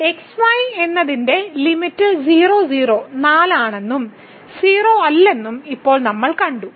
X y എന്നതിന്റെ limit 00 4 ആണെന്നും 0 അല്ലെന്നും ഇപ്പോൾ നമ്മൾ കണ്ടു